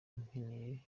nkeneye